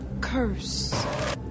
curse